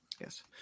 Yes